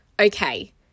okay